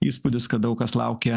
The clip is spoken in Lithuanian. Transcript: įspūdis kad daug kas laukia